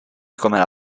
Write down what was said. come